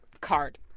card